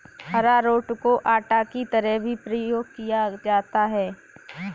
अरारोट को आटा की तरह भी प्रयोग किया जाता है